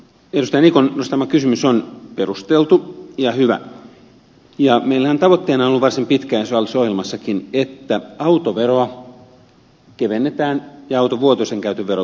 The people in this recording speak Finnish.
edustaja niikon nostama kysymys on perusteltu ja hyvä ja meillähän tavoitteena on ollut varsin pitkään hallitusohjelmassakin että autoveroa kevennetään ja auton vuotuisen käytön verotusta kiristetään